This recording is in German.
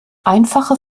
einfache